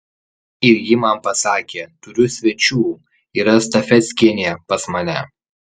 ir ji man pasakė turiu svečių yra stafeckienė pas mane